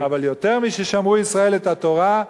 אבל יותר מששמרו ישראל את התורה,